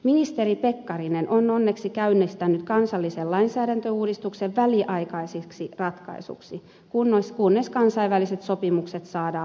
ministeri pekkarinen on onneksi käynnistänyt kansallisen lainsäädäntöuudistuksen väliaikaiseksi ratkaisuksi kunnes kansainväliset sopimukset saadaan voimaan